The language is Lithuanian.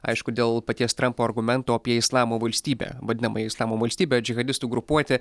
aišku dėl paties trampo argumento apie islamo valstybę vadinamąją islamo valstybę džihadistų grupuotė